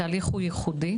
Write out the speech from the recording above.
התהליך הוא ייחודי,